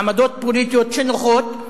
עמדות פוליטיות שנוחות,